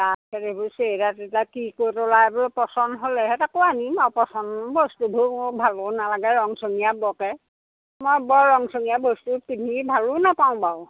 তাৰপিছত এইবোৰ চেৰ্গা তেৰ্গা কি ক'ত ওলাই এইবোৰ পচন্দ হ'লেহে তাকো আনিম আৰু পচন্দ বস্তুবোৰ মোৰ ভালো নালাগে ৰঙচঙীয়া বৰকে মই বৰ ৰঙচঙীয়া বস্তু পিন্ধি ভালো নাপাওঁ বাৰু